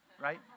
right